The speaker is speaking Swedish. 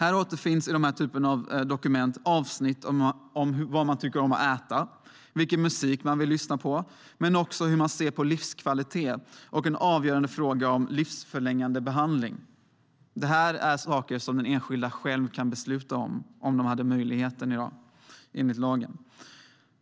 I denna typ av dokument återfinns avsnitt om vad man tycker om att äta och vilken musik man vill lyssna på, men också om hur man ser på livskvalitet och den avgörande frågan om livsförlängande behandling. Detta är saker som den enskilde själv hade kunnat besluta om, om möjligheten i dag hade funnits enligt lagen.